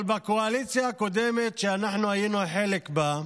אבל בקואליציה הקודמת, שהיינו חלק בה,